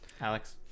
Alex